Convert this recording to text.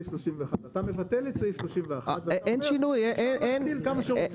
31. אתה מבטל את סעיף 31 ואתה אומר שאפשר להגדיל כמה שרוצים.